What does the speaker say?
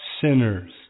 sinners